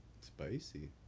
Spicy